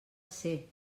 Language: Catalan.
ser